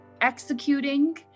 executing